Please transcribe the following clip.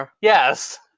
Yes